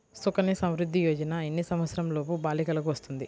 సుకన్య సంవృధ్ది యోజన ఎన్ని సంవత్సరంలోపు బాలికలకు వస్తుంది?